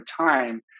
time